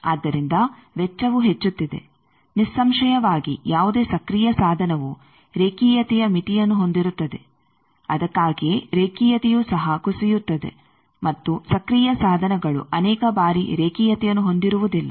ಆದ್ದರಿಂದ ವೆಚ್ಚವು ಹೆಚ್ಚುತ್ತಿದೆ ನಿಸ್ಸಂಶಯವಾಗಿ ಯಾವುದೇ ಸಕ್ರಿಯ ಸಾಧನವು ರೇಖೀಯತೆಯ ಮಿತಿಯನ್ನು ಹೊಂದಿರುತ್ತದೆ ಅದಕ್ಕಾಗಿಯೇ ರೇಖೀಯತೆಯು ಸಹ ಕುಸಿಯುತ್ತದೆ ಮತ್ತು ಸಕ್ರಿಯ ಸಾಧನಗಳು ಅನೇಕ ಬಾರಿ ರೇಖೀಯತೆಯನ್ನು ಹೊಂದಿರುವುದಿಲ್ಲ